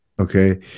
Okay